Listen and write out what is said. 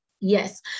Yes